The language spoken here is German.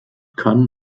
kann